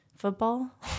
football